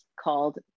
called